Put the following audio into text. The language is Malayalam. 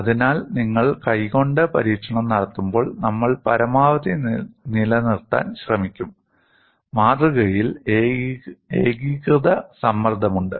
അതിനാൽ നിങ്ങൾ കൈകൊണ്ട് പരീക്ഷണം നടത്തുമ്പോൾ നമ്മൾ പരമാവധി നിലനിർത്താൻ ശ്രമിക്കും മാതൃകയിൽ ഏകീകൃത സമ്മർദ്ദമുണ്ട്